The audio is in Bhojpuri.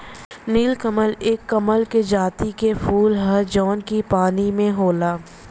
नीलकमल एक कमल के जाति के फूल हौ जौन की पानी में होला